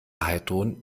heidrun